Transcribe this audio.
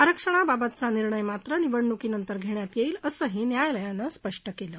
आरक्षणा बाबतचा निर्णय मात्र निवडणुकीनंतर घश्चात यईत्त्वि असही न्यायालयानं स्पष्टं कलि